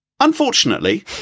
Unfortunately